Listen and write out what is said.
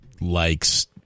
likes